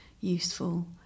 useful